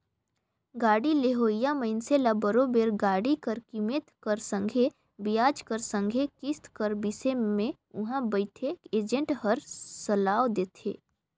गाड़ी लेहोइया मइनसे ल बरोबेर गाड़ी कर कीमेत कर संघे बियाज कर संघे किस्त कर बिसे में उहां बइथे एजेंट हर सलाव देथे